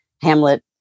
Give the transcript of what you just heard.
hamlet